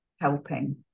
helping